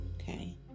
Okay